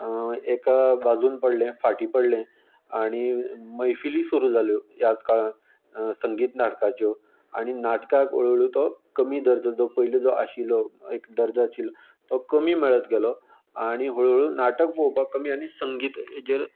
एका बाजून पडलें फाटी पडलें आनी मैफिली सुरू जाल्यो ह्याच काळान संगीत नाटकाच्यो आनी नाटकाक हळू हळू तो कमी दर्जो पयलीं जो आशिल्लो एक दर्जो जो आशिल्लो तो कमी मेळत गेलो आनी हळू हळू नाटक पळोवपाक कमी आनी संगीत हेचेर